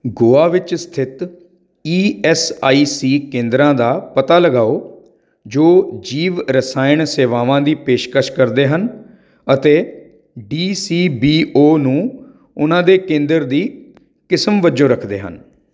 ਗੋਆ ਵਿੱਚ ਸਥਿਤ E S I C ਕੇਂਦਰਾਂ ਦਾ ਪਤਾ ਲਗਾਓ ਜੋ ਜੀਵ ਰਸਾਇਣ ਸੇਵਾਵਾਂ ਦੀ ਪੇਸ਼ਕਸ਼ ਕਰਦੇ ਹਨ ਅਤੇ ਡੀ ਸੀ ਬੀ ਓ ਨੂੰ ਉਹਨਾਂ ਦੇ ਕੇਂਦਰ ਦੀ ਕਿਸਮ ਵਜੋਂ ਰੱਖਦੇ ਹਨ